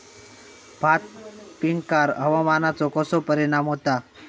भात पिकांर हवामानाचो कसो परिणाम होता?